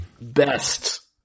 best